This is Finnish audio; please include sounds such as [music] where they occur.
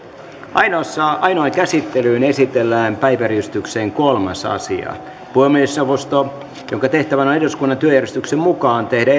ainoaan ainoaan käsittelyyn esitellään päiväjärjestyksen kolmas asia puhemiesneuvosto jonka tehtävänä on eduskunnan työjärjestyksen mukaan tehdä [unintelligible]